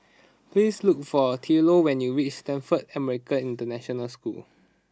please look for Thurlow when you reach Stamford American International School